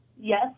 Yes